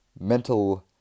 mental